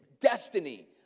destiny